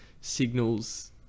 signals